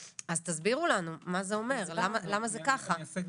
מה הוא עשה?